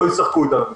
לא ישחקו איתנו משחקים.